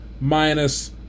minus